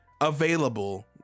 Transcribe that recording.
available